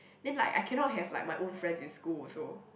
then like I can not have like my own friends in school also